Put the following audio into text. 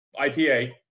IPA